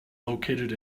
located